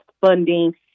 funding